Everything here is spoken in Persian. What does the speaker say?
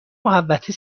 محوطه